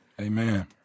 Amen